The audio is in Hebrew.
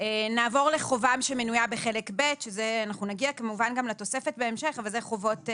נעבור לחובה המנויה בחלק ב' לתוספת השביעית.